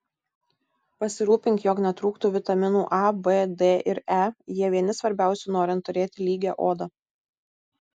pasirūpink jog netrūktų vitaminų a b d ir e jie vieni svarbiausių norint turėti lygią odą